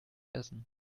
essen